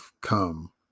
come